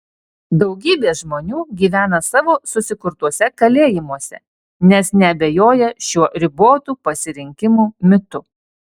daugybė žmonių gyvena savo susikurtuose kalėjimuose nes neabejoja šiuo ribotų pasirinkimų mitu